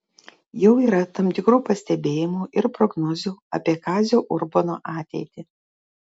jau yra tam tikrų pastebėjimų ir prognozių apie kazio urbono ateitį